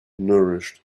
nourished